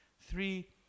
Three